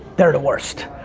they're the worst.